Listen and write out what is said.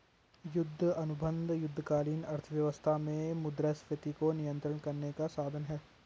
युद्ध अनुबंध युद्धकालीन अर्थव्यवस्था में मुद्रास्फीति को नियंत्रित करने का साधन हैं